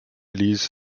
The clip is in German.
ließ